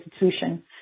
institution